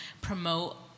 promote